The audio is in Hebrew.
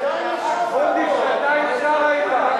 שנתיים ישבת בוז'י, שנתיים שם היית.